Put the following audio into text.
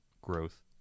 growth